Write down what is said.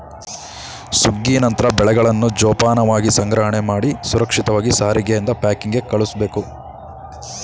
ಸುಗ್ಗಿ ನಂತ್ರ ಬೆಳೆಗಳನ್ನ ಜೋಪಾನವಾಗಿ ಸಂಗ್ರಹಣೆಮಾಡಿ ಸುರಕ್ಷಿತವಾಗಿ ಸಾರಿಗೆಯಿಂದ ಪ್ಯಾಕಿಂಗ್ಗೆ ಕಳುಸ್ಬೇಕು